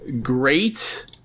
Great